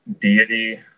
deity